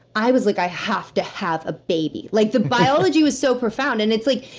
i was like, i have to have a baby. like the biology was so profound. and it's like,